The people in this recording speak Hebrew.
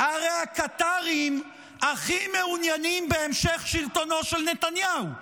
הרי הקטרים הכי מעוניינים בהמשך שלטונו של נתניהו,